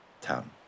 town